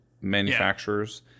manufacturers